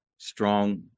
strong